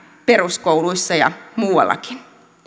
peruskouluissa ja muuallakin